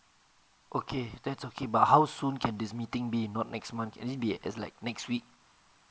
okay that's okay but how soon can this meeting be not next month can it be as like next week